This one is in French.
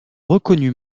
reconnus